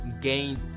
gain